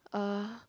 uh